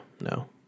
no